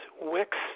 wix